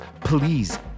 please